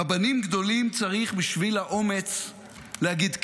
רבנים גדולים צריך בשביל האומץ להגיד כן.